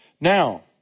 Now